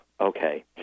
okay